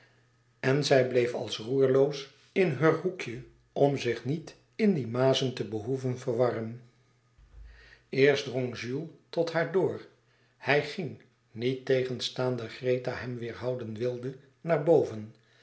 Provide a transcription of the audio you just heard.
en zij bleef als roerloos in heur hoekje om zich niet in die mazen te behoeven verwarren eens drong jules tot haar door hij ging niettegenstaande greta hem weêrhouden wilde naar boven